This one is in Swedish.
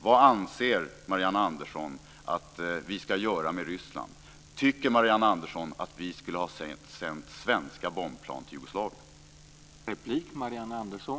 Vad anser Marianne Andersson att vi ska göra med Ryssland? Tycker Marianne Andersson att vi skulle ha sänt svenska bombplan till Jugoslavien?